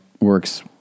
works